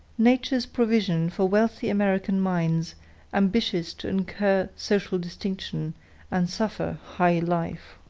nature's provision for wealthy american minds ambitious to incur social distinction and suffer high life.